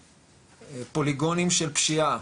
פוליגונים של פשיעה,